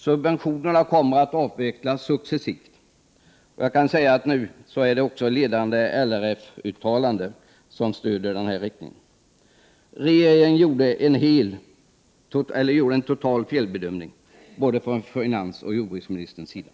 Subventionerna kommer att avvecklas successivt. Nu finns också ledande LRF-uttalanden som stödjer denna linje. Regeringen gjorde en total felbedömning, både från finansministerns och jordbruksministerns sida.